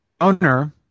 owner